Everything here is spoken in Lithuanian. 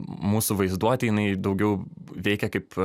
mūsų vaizduotė jinai daugiau veikia kaip